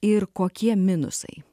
ir kokie minusai